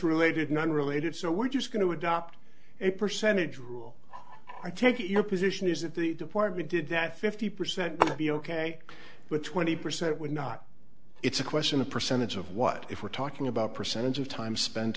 related non related so we're just going to adopt a percentage rule i take it your position is that the department did that fifty percent to be ok but twenty percent would not it's a question of percentage of what if we're talking about percentage of time spent